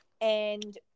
And-